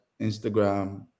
Instagram